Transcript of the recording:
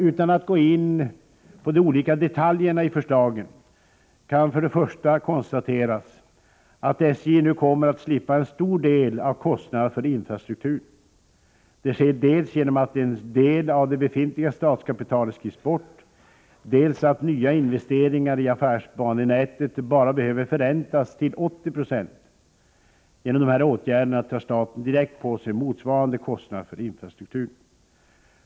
Utan att man går in på de olika detaljerna i förslagen kan för det första konstateras att SJ nu kommer att slippa en stor del av kostnaderna för infrastrukturen. Det sker dels genom att en del av det befintliga statskapitalet skrivs bort, dels genom att nya investeringar i affärsbanenätet bara behöver förräntas till 80 20. Genom de här åtgärderna tar staten direkt på sig motsvarande kostnader för infrastrukturen.